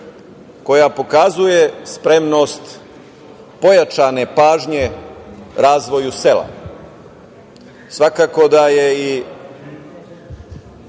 koja pokazuje spremnost pojačane pažnje razvoju sela. Svakako da je